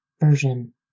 version